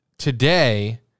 Today